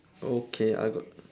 okay I got